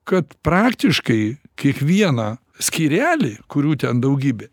kad praktiškai kiekvieną skyrelį kurių ten daugybė